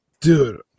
dude